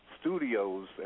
studios